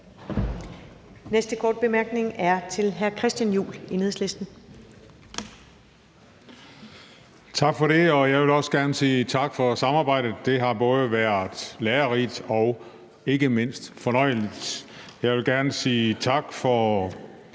næste korte bemærkning er til hr. Christian Juhl, Enhedslisten. Kl. 21:29 Christian Juhl (EL): Tak for det. Og jeg vil også gerne sige tak for samarbejdet. Det har været både lærerigt og ikke mindst fornøjeligt. Jeg vil gerne sige tak for